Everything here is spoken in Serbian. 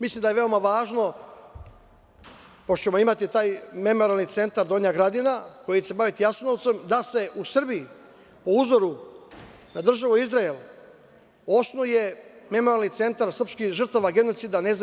Mislim da je veoma važno, pošto ćemo imati taj Memorijalni centar „Donja Gradina“ koji će se baviti Jasenovcem, da se u Srbiji po uzoru na državu Izrael, osnuje memorijalni centar srpskih žrtava genocida NDH.